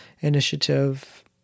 initiative